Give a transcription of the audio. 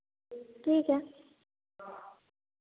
ठीक है